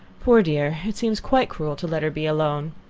poor dear, it seems quite cruel to let her be alone.